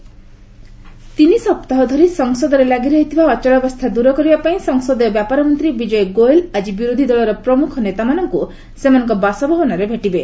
parliament ଗମେଣ୍ଟ logjam ତିନି ସପ୍ତାହ ଧରି ସଂସଦରେ ଲାଗିରହିଥିବା ଅଚଳାବସ୍ଥା ଦୂର କରିବା ପାଇଁ ସଂସଦୀୟ ବ୍ୟାପାର ମନ୍ତ୍ରୀ ବିକୟ ଗୋୟଲ୍ ଆଜି ବିରୋଧି ଦଳର ପ୍ରମ୍ଖ ନେତାମାନଙ୍ଗୁ ସେମାନଙ୍କ ବାସଭବନରେ ଭେଟିବେ